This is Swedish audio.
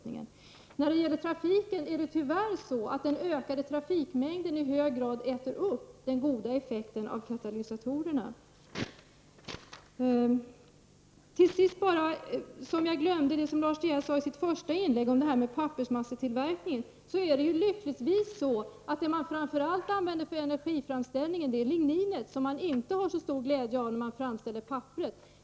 När det gäller trafiken äter tyvärr den ökade trafikmängden upp den goda effekten av katalysatorerna. Till sist en kommentar till vad Lars De Geer sade i sitt första anförande om pappersmassetillverkningen. Det är lyckligtvis så att man för energiframställning framför allt använder lignin, som man inte har så stor glädje av när man framställer papper.